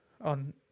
on